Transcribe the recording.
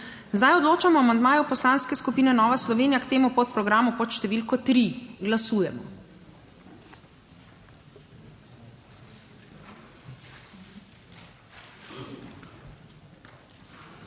Odločamo o amandmaju Poslanske skupine Nova Slovenija k temu podprogramu pod številko 2. Glasujemo.